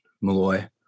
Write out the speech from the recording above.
Malloy